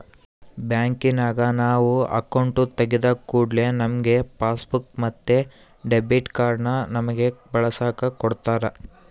ಬ್ಯಾಂಕಿನಗ ನಾವು ಅಕೌಂಟು ತೆಗಿದ ಕೂಡ್ಲೆ ನಮ್ಗೆ ಪಾಸ್ಬುಕ್ ಮತ್ತೆ ಡೆಬಿಟ್ ಕಾರ್ಡನ್ನ ನಮ್ಮಗೆ ಬಳಸಕ ಕೊಡತ್ತಾರ